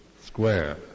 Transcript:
square